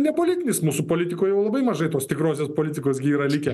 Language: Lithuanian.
nepolitinis mūsų politikoj jau labai mažai tos tikrosios politikos gi yra likę